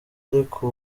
ariko